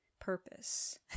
purpose